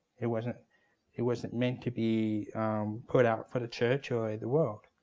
it wasn't it wasn't meant to be put out for the church or the world,